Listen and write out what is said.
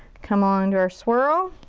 come on to our swirl.